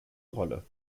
rolle